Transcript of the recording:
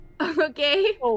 Okay